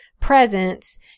presence